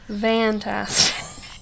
Fantastic